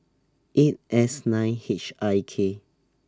eight S nine H I K